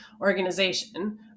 organization